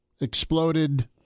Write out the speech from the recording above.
Exploded